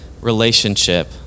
relationship